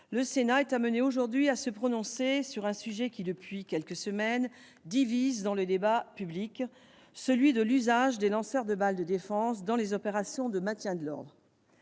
le Sénat est conduit à se prononcer sur un sujet qui, depuis quelques semaines, divise dans le débat public : l'usage des lanceurs de balles de défense dans les opérations de maintien de l'ordre.